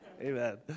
amen